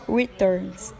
returns